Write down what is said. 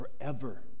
forever